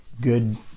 good